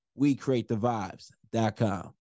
WeCreateTheVibes.com